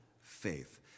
faith